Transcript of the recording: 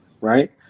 right